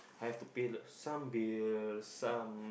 have to pay lah some bills some